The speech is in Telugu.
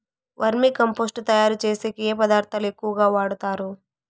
వర్మి కంపోస్టు తయారుచేసేకి ఏ పదార్థాలు ఎక్కువగా వాడుతారు